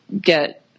get